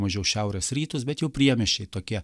mažiau šiaurės rytus bet jau priemiesčiai tokie